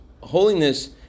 holiness